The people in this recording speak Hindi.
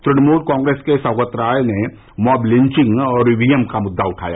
तृणमूल कांग्रेस के सौगत राय ने मॉब लिंचिंग और ईवीएम का मुद्रा उठाया